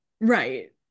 Right